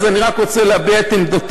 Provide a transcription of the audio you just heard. אז אני רק רוצה להביע את עמדתנו.